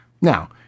Now